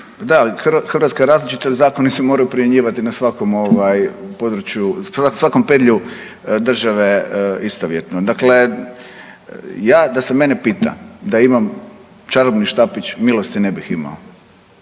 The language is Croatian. ali Hrvatska je različita a zakoni se moraju primjenjivati na svakom ovaj području, na svakom pedlju države istovjetno. Dakle, ja da se mene pita da imam čarobni štapić, milosti ne bih imao.